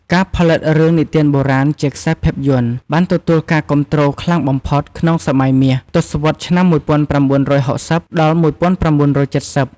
ការផលិតរឿងនិទានបុរាណជាខ្សែភាពយន្តបានទទួលការគាំទ្រខ្លាំងបំផុតក្នុង សម័យមាស ទសវត្សរ៍ឆ្នាំ១៩៦០ ដល់ ១៩៧០។